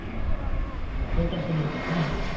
ಕೋಟೆ ಹತ್ತಿರ ಇರಬೇಕಾ